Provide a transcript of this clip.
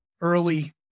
early